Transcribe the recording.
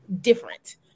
different